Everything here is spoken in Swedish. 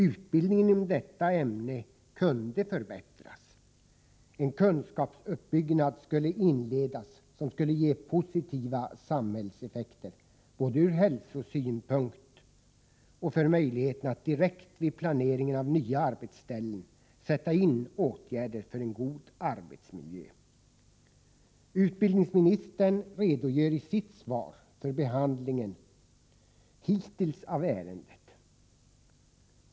Utbildningen inom detta ämne kunde förbättras. En kunskapsuppbyggnad skulle inledas som skulle ge positiva samhällseffekter både ur hälsosynpunkt och för möjligheten att direkt vid planeringen av nya arbetsställen sätta in åtgärder för en god arbetsmiljö. Utbildningsministern redogör i sitt svar för behandlingen hittills av ärendet.